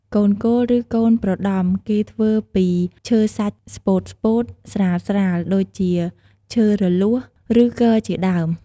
កូនគោល ឬកូនប្រដំ គេធ្វើពីរឈឺសាច់ស្តោតៗស្រាសៗ ដូចជាឈើរលួស ឬគរជាដើម។